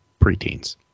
preteens